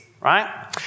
right